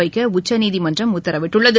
வைக்கஉச்சநீதிமன்றம் உத்தரவிட்டுள்ளது